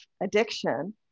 addiction